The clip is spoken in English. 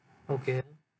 okay